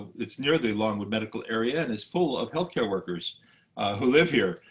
it's near the longwood medical area and is full of health-care workers who live here.